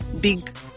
big